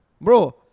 bro